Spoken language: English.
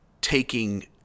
taking